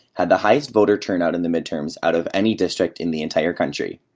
had the highest voter turnout in the midterms out of any district in the entire country.